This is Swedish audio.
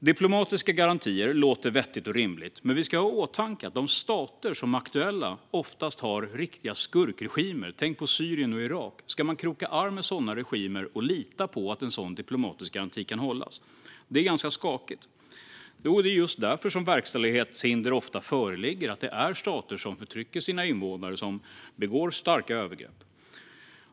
Diplomatiska garantier låter vettigt och rimligt, men vi ska ha i åtanke att de stater som är aktuella oftast har riktiga skurkregimer. Tänk på Syrien och Irak - ska man kroka arm med sådana regimer och lita på att en sådan diplomatisk garanti kan hållas? Det är ganska skakigt. Det är just därför som verkställighetshinder ofta föreligger. Det här är stater som förtrycker sina invånare som begår grova övergrepp.